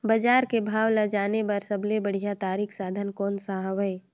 बजार के भाव ला जाने बार सबले बढ़िया तारिक साधन कोन सा हवय?